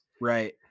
right